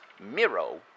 Miro